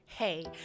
Hey